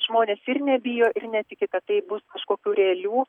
žmonės ir nebijo ir netiki kad tai bus kažkokių realių